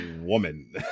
woman